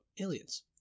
aliens